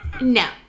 No